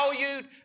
valued